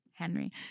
henry